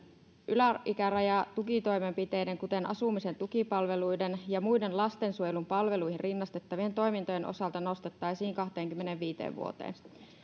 yläikärajaa tukitoimenpiteiden kuten asumisen tukipalveluiden ja muiden lastensuojelun palveluihin rinnastettavien toimintojen osalta nostettaisiin kahteenkymmeneenviiteen vuoteen